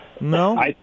No